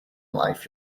life